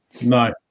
No